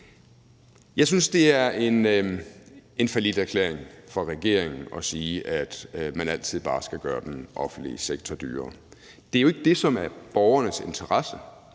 Jeg synes, at det er en falliterklæring for regeringen at sige, at man altid bare skal gøre den offentlige sektor dyrere. Det er jo ikke det, som er i borgernes interesse.